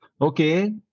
Okay